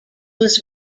was